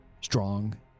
Strong